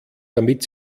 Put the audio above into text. damit